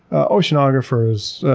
ah oceanographers,